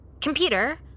Computer